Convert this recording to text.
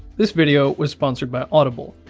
this video was sponsored by audible.